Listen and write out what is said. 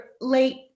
late